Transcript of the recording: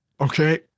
Okay